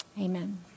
Amen